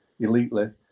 elitely